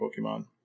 Pokemon